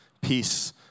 Peace